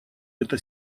эта